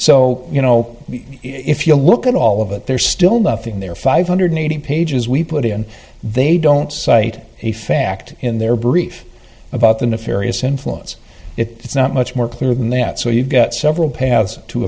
so you know if you look at all of it there's still nothing there five hundred eighty pages we put in they don't cite a fact in their brief about the nefarious influence it's not much more clear than that so you've got several paths to